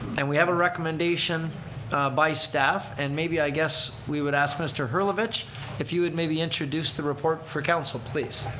and we have a recommendation by staff and maybe i guess we would ask mr. herlovich if you would maybe introduce the report for council please.